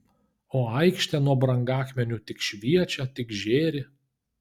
o aikštė nuo brangakmenių tik šviečia tik žėri